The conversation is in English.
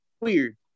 weird